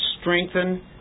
strengthen